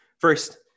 First